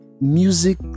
music